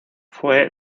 fue